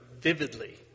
vividly